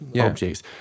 objects